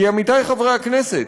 כי, עמיתי חברי הכנסת,